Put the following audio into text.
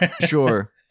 sure